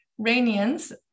Rainians